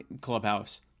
Clubhouse